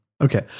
Okay